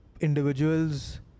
individuals